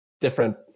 different